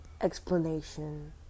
explanation